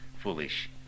foolish